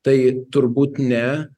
tai turbūt ne